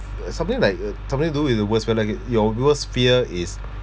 uh something like uh something to do with your worst fear like where your worst fear is